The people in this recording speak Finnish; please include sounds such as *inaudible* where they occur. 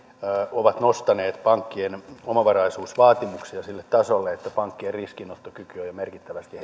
ovat nostaneet pankkien omavaraisuusvaatimuksia sille tasolle että pankkien riskinottokyky on jo merkittävästi *unintelligible*